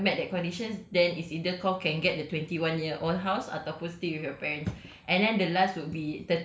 but then if you still haven't met that conditions then it's either kau can get the twenty one year old house ataupun stay with your parents